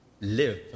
live